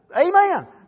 Amen